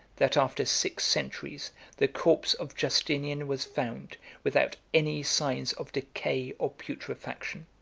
that after six centuries the corpse of justinian was found without any signs of decay or putrefaction.